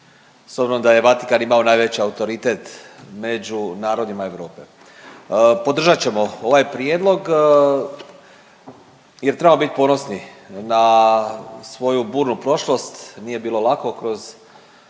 s obzirom da je Vatikan imao najveći autoritet među narodima Europe. Podržat ćemo ovaj prijedlog jer trebamo bit ponosni na svoju burnu prošlost, nije bilo lako kroz